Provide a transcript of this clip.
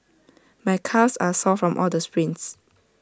my calves are sore from all the sprints